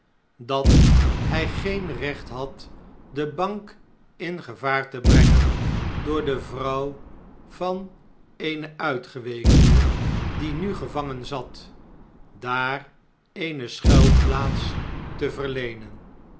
dat hjj geen recht had de bank in gevaar te brengen door de vrouw van een uitgewekene die nu gevangen zat daar eene schuiiplaats te verleenen